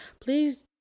Please